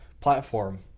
platform